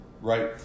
Right